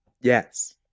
yes